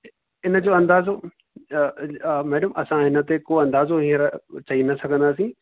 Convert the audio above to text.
हिनजो अंदाज़ो मैडम असां हिन ते को अंदाज़ो हींअर चई न सघंदासीं